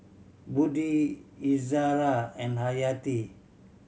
Budi Izara and Hayati